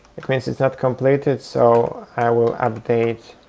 it means it's not completed, so i will update